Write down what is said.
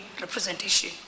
representation